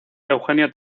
eugenio